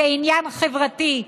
זה עניין חברתי,